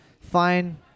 fine